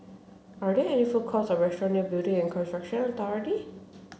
are there any food courts or restaurants near Building and Construction Authority